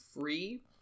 free